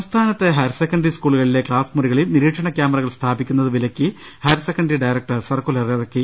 സംസ്ഥാനത്തെ ഹയർസെക്കന്ററി സ്കൂളുകളിലെ ക്ലാസ് മുറി കളിൽ നിരീക്ഷണ ക്യാമറകൾ സ്ഥാപിക്കുന്നത് വിലക്കി ഹയർ സെക്കന്ററി ഡയറക്ടർ സർക്കുലറിറക്കി